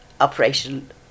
Operation